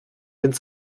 ins